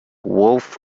wolfe